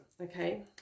okay